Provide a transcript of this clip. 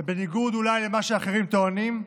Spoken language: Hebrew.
ובניגוד אולי למה שאחרים טוענים,